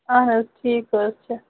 اَہَن حظ ٹھیٖک حظ چھِ